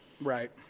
Right